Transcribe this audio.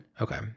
Okay